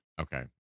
Okay